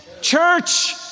church